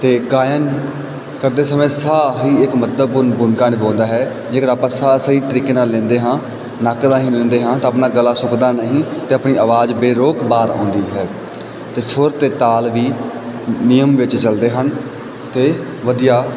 ਅਤੇ ਗਾਇਨ ਕਰਦੇ ਸਮੇਂ ਸਾਹ ਹੀ ਇੱਕ ਮਹੱਤਵਪੂਰਨ ਭੂਮਿਕਾ ਨਿਭਾਉਂਦਾ ਹੈ ਜੇਕਰ ਆਪਾਂ ਸਾਹ ਸਹੀ ਤਰੀਕੇ ਨਾਲ ਲੈਂਦੇ ਹਾਂ ਨੱਕ ਰਾਹੀਂ ਲੈਂਦੇ ਹਾਂ ਤਾਂ ਆਪਣਾ ਗਲਾ ਸੁੱਕਦਾ ਨਹੀਂ ਅਤੇ ਆਪਣੀ ਆਵਾਜ਼ ਬੇਰੋਕ ਬਾਹਰ ਆਉਂਦੀ ਹੈ ਅਤੇ ਸੁਰ ਅਤੇ ਤਾਲ ਵੀ ਨਿਯਮ ਵਿੱਚ ਚੱਲਦੇ ਹਨ ਅਤੇ ਵਧੀਆ